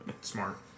Smart